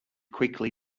quickly